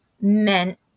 meant